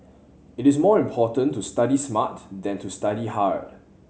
it is more important to study smart than to study hard